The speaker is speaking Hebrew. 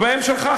ובהן שלך,